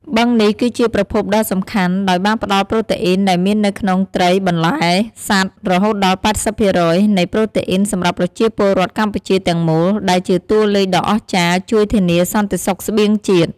បឹងនេះគឺជាប្រភពដ៏សំខាន់ ដោយបានផ្ដល់ប្រូតេអុីនដែលមាននៅក្នុងត្រី បន្លែ សត្វ រហូតដល់ ៨០% នៃប្រូតេអ៊ីនសម្រាប់ប្រជាពលរដ្ឋកម្ពុជាទាំងមូល ដែលជាតួលេខដ៏អស្ចារ្យជួយធានាសន្តិសុខស្បៀងជាតិ។